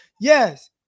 Yes